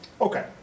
Okay